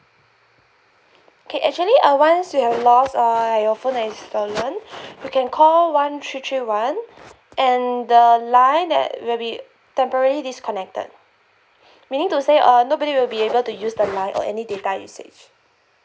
okay actually uh once you have lost or you phone has stolen you can call one three three one and the line that will be temporarily disconnected meaning to say uh nobody will be able to use the line or any data usage